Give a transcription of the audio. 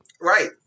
Right